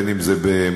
בין אם זה במלזיה,